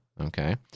Okay